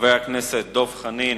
חבר הכנסת דב חנין,